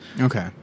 Okay